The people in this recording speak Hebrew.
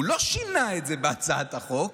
הוא לא שינה את זה בהצעת החוק,